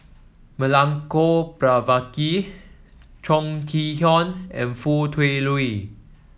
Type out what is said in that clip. Milenko Prvacki Chong Kee Hiong and Foo Tui Liew